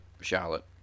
Charlotte